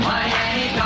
Miami